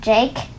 Jake